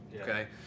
okay